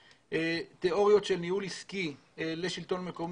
תיאוריות של ניהול עסקי לשלטון מקומי.